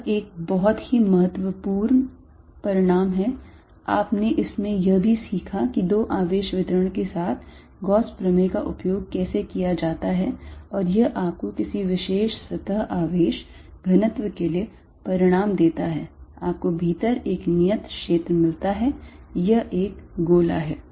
यह एक बहुत ही महत्वपूर्ण परिणाम है आपने इसमें यह भी सीखा कि दो आवेश वितरण के साथ गॉस प्रमेय का उपयोग कैसे किया जाता है और यह आपको किसी विशेष सतह आवेश घनत्व के लिए परिणाम देता है आपको भीतर एक नियत क्षेत्र मिलता है यह एक गोला है